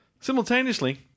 simultaneously